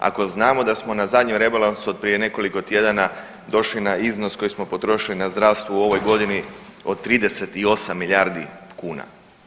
Ako znamo da smo na zadnjem Rebalansu od prije nekoliko tjedana došli na iznos koji smo potrošili na zdravstvo u ovoj godini od 38 milijardi kuna.